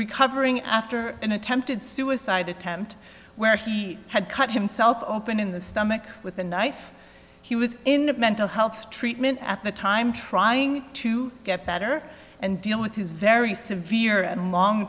recovering after an attempted suicide attempt where he had cut himself open in the stomach with a knife he was in mental health treatment at the time trying to get better and deal with his very severe and long